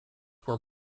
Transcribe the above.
were